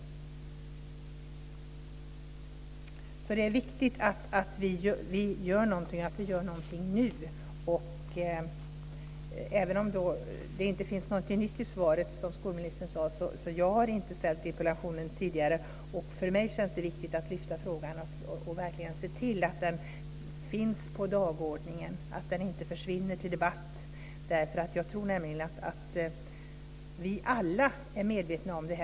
Det är alltså viktigt att vi gör någonting och att vi gör det nu. Även om det inte finns något nytt i svaret, som skolministern sade, så har jag inte ställt denna interpellation tidigare. Och för mig känns det viktigt att lyfta fram frågan och verkligen se till att den finns på dagordningen, så att den inte försvinner ur debatten. Jag tror nämligen att vi alla är medvetna om detta.